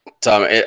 Tom